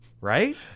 right